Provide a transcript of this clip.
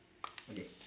okay